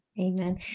Amen